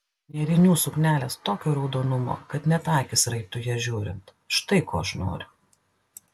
nėrinių suknelės tokio raudonumo kad net akys raibtų į ją žiūrint štai ko aš noriu